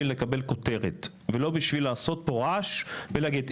לקבל כותרת ולא כדי לעשות פה רעש ולהגיד: